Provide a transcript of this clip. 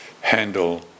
handle